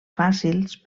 fàcils